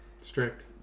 strict